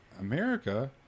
america